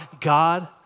God